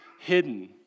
hidden